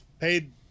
paid